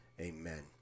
Amen